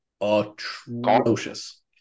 atrocious